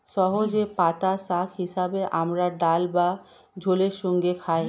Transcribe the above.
সজনের পাতা শাক হিসেবে আমরা ডাল বা ঝোলের সঙ্গে খাই